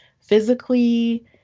physically